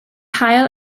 haul